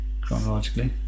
chronologically